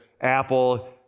Apple